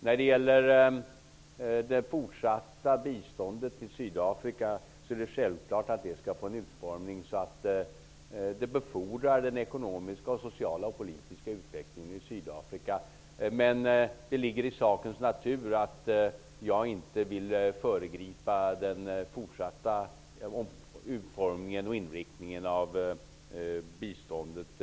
Det är självklart att det fortsatta biståndet till Sydafrika skall få en utformning så att det befordrar den ekonomiska, sociala och politiska utvecklingen i landet. Men det ligger i sakens natur att jag inte vill föregripa den fortsatta utformningen och inriktningen av biståndet.